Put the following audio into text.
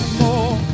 more